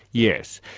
yes.